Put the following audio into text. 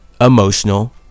emotional